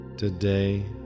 Today